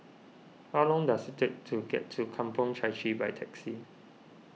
how long does it take to get to Kampong Chai Chee by taxi